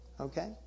Okay